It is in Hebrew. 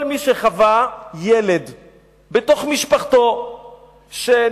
כל מי שחווה בתוך משפחתו ילד,